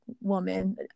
woman